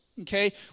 okay